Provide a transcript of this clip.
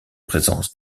présence